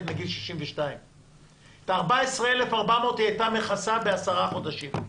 מגיל 62. את ה-14,400 שקל היא הייתה מכסה בעשרה חודשים.